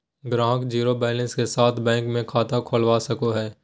ग्राहक zero balance के साथ बैंक मे खाता खोलवा सको हय